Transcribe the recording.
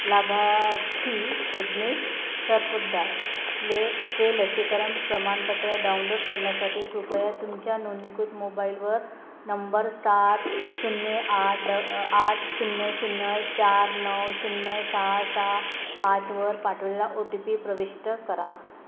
लाभार्थी यज्ञेश सरपोतदार ले चे लसीकरण प्रमाणपत्र डाउनलोड करण्यासाठी कृपया तुमच्या नोंदणीकृत मोबाईलवर नंबर सात शून्य आठ ड आठ शून्य शून्य चार नऊ शून्य सहा सहा पाचवर पाठवलेला ओ टी पी प्रविष्ट करा